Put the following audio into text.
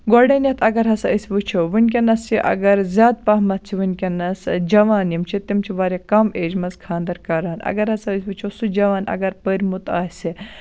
گۄڈنیٚتھ اَگَر ہَسا أسۍ وُچھو وُِنکیٚنَس چھِ اگر زیاد پَہم چھِ وُنکیٚنَس جَوان یِم چھِ تِم چھِ واریاہ کَم ایٚجہِ مَنٛز خانٔدَر کَران اَگَر ہَسا أسۍ وُچھو سُہ جَوان اَگر پوٚرمُت آسہِ